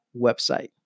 website